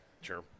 Sure